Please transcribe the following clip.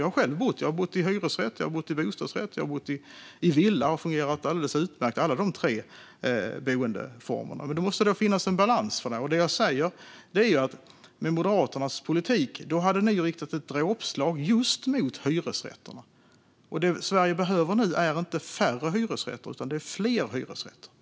Jag har själv bott i hyresrätt, bostadsrätt och villa, och alla de tre boendeformerna har fungerat alldeles utmärkt. Men det måste finnas en balans för detta. Moderaterna hade med sin politik riktat ett dråpslag just mot hyresrätterna. Det Sverige behöver nu är inte färre utan fler hyresrätter.